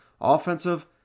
offensive